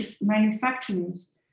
manufacturers